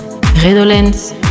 Redolence